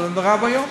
זה נורא ואיום,